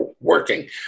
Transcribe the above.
working